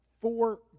four